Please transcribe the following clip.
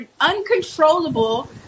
uncontrollable